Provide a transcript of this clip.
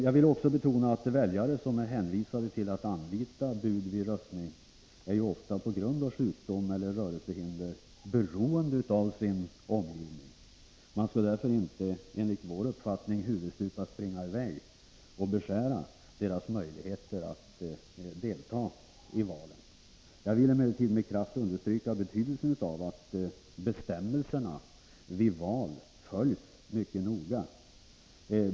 Jag vill också betona att väljare som är hänvisade till att anlita bud vid röstning ofta är beroende av sin omgivning på grund av sjukdom eller rörelsehinder. Enligt vår uppfattning skall man därför inte huvudstupa gå in och beskära deras möjligheter att delta i valen. Jag vill emellertid med kraft understryka betydelsen att bestämmelserna vid val följs mycket noga.